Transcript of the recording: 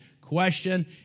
question